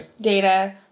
Data